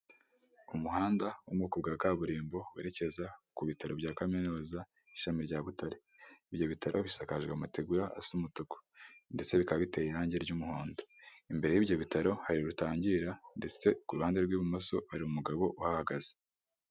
Umuhanda wo mu bwoko bwa kaburimbo werekeza ku bitaro bya kaminuza ishimi rya Butare, bino bitaro bisakajwe amategura asa umutuku, ndetse bikaba biteye irange ry'umuhondo. Imbere y'ibyo bitaro hari rutangira ndetse ku ruhande rw'ibumoso hari umugabo uhahagaze.